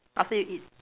after you eat